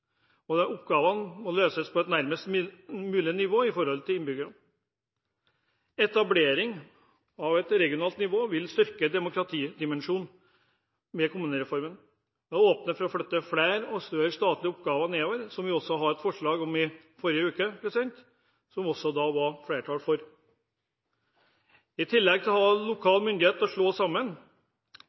Oppgavene må løses på et nivå som er nærmest mulig innbyggerne. Etablering av et regionalt nivå vil styrke demokratidimensjonen ved kommunereformen ved å åpne for å flytte flere og større statlige oppgaver nedover, som vi også hadde et forslag om i forrige uke, som det også da var flertall for. Selv med større kommuner vil avstanden til